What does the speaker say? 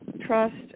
trust